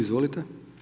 Izvolite.